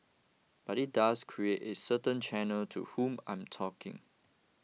but it does create a certain channel to whom I'm talking